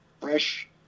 fresh